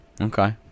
Okay